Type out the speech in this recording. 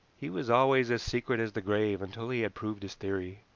he was always as secret as the grave until he had proved his theory,